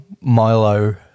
Milo